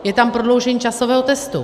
Je tam prodloužení časového testu.